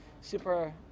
super